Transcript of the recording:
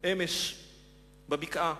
אמש בבקעה: